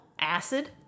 acid